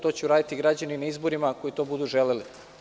To će uraditi građani na izborima koji to budu želeli.